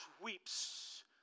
sweeps